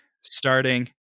Starting